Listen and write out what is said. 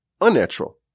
unnatural